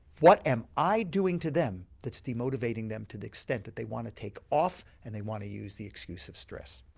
what am i doing to them that's demotivating them to the extent that they want to take off and they want to use the excuse of stress?